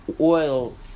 oil